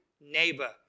Neighbor